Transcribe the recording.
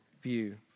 view